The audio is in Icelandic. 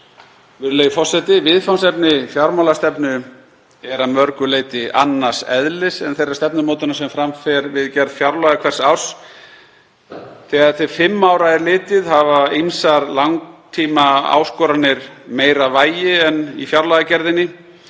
Virðulegi forseti. Viðfangsefni fjármálastefnu eru að mörgu leyti annars eðlis en þeirrar stefnumótunar sem fram fer við gerð fjárlaga hvers árs. Þegar til fimm ára er litið hafa ýmsar langtímaáskoranir meira vægi. Öldrun þjóðarinnar